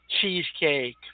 cheesecake